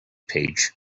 page